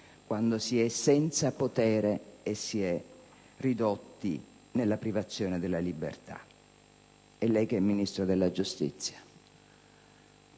quando si è senza potere e si è ridotti nella privazione della libertà. Lei, che è Ministro della giustizia,